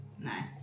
Nice